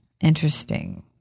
interesting